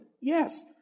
Yes